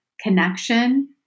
connection